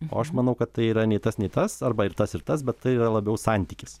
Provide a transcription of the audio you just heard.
o aš manau kad tai yra nei tas nei tas arba ir tas ir tas bet tai yra labiau santykis